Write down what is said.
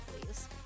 please